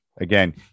Again